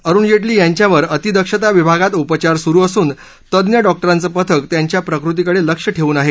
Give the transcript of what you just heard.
अरुण जेटली यांच्यावर अतिदक्षता विभागात उपचार सुरु असून तज्ञ डॉक्टराचं पथक त्यांच्या प्रकृतीकडे लक्ष ठेवून आहे